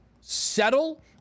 settle